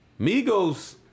Migos